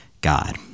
God